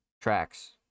Tracks